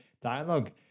dialogue